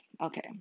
Okay